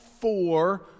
four